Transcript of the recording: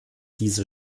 diese